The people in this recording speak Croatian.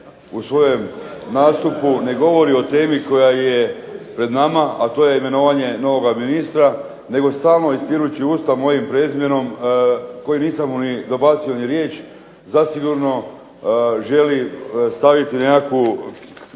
u svojem nastupu ne govori o temi koja je pred nama, a to je imenovanje novoga ministra nego stalno ispirući usta mojim prezimenom kojemu nisam mu ni dobacio ni riječ zasigurno želi staviti nekakvi